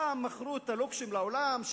פעם מכרו "לוקשים" לעולם,